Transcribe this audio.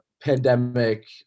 pandemic